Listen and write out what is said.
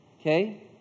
Okay